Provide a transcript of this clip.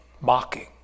mocking